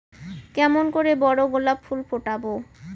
কেমন করে বড় গোলাপ ফুল ফোটাব?